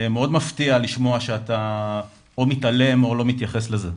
מאוד מפתיע לשמוע שאתה או מתעלם או לא מתייחס לזה.